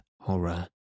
horror